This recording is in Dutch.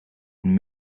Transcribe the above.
een